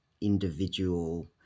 individual